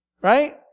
right